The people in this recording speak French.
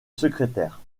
secrétaire